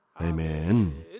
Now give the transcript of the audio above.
Amen